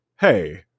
hey